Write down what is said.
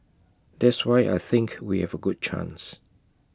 that's why I think we have A good chance